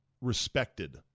respected